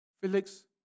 Felix